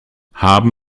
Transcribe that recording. haben